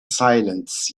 silence